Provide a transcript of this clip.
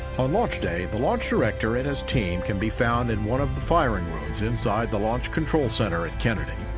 on launch day, the launch director and his team can be found in one of the firing rooms inside the launch control center at kennedy.